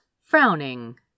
frowning